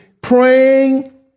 praying